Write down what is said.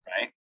right